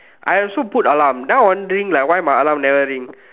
I also put alarm then I wondering why my alarm never ring